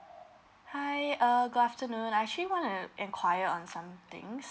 hi err good afternoon I actually want to enquire on some things